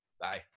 Bye